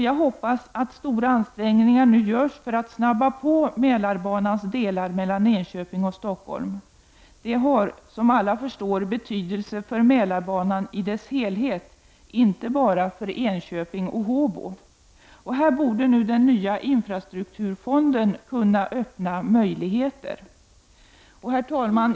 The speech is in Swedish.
Jag hoppas att stora ansträngningar nu görs för att snabba på byggandet av Mälarbanans delar mellan Enköping och Stockholm. Detta har som alla förstår betydelse för Mälarbanan i dess helhet och inte bara för Enköping och Håbo. I detta sammanhang borde den nya infrastrukturfonden kunna öppna möjligheter. Herr talman!